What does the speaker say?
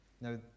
Now